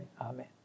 Amen